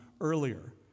earlier